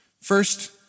First